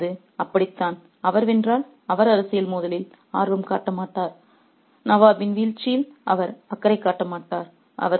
ஆகவே அது அப்படித்தான் அவர் வென்றால் அவர் அரசியல் மோதலில் ஆர்வம் காட்ட மாட்டார் நவாபின் வீழ்ச்சியில் அவர் அக்கறை காட்ட மாட்டார்